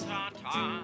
Tata